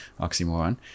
oxymoron